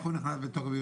איך הוא נכנס לתוקף,